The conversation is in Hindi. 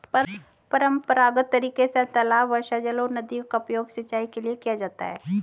परम्परागत तरीके से तालाब, वर्षाजल और नदियों का उपयोग सिंचाई के लिए किया जाता है